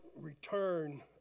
return